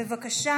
אינו נוכח,